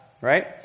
right